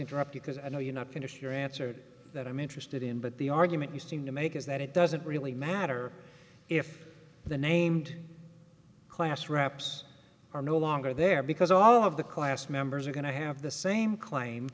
interrupt because i know you not finished your answer to that i'm interested in but the argument you seem to make is that it doesn't really matter if the named class wraps are no longer there because all of the class members are going to have the same